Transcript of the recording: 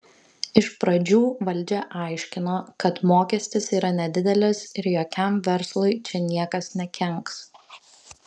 iš pradžių valdžia aiškino kad mokestis yra nedidelis ir jokiam verslui čia niekas nekenks